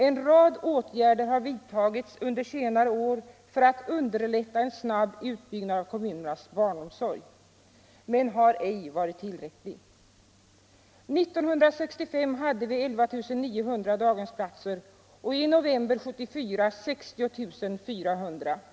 En rad åtgärder har vidtagits under senare år för att underlätta en snabb utbyggnad av kommunernas barnomsorg, men de har ej varit tillräckliga. År 1965 hade vi ca 11 900 daghemsplatser och i november 1974 ca 60 400 platser.